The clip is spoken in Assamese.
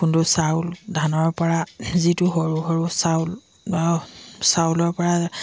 খুন্দু চাউল ধানৰ পৰা যিটো সৰু সৰু চাউল চাউলৰ পৰা